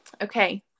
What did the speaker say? okay